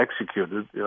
executed